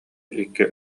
икки